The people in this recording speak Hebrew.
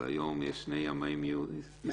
אבל היום יש שני ימאים ישראלים.